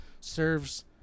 serves